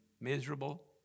miserable